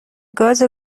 گاز